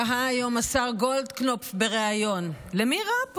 תהה היום שר גולדקנופ בריאיון, למי רע פה?